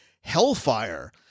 hellfire